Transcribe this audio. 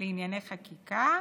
לענייני חקיקה.